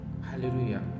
hallelujah